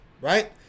right